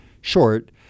short